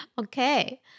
Okay